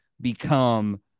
become